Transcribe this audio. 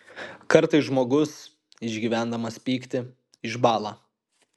kartais žmogus išgyvendamas pyktį išbąla